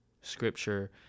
scripture